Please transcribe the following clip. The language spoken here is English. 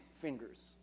fingers